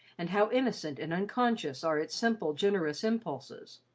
and how innocent and unconscious are its simple, generous impulses.